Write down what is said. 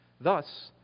Thus